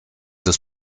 des